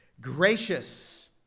Gracious